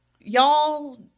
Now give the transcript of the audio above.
y'all